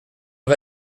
une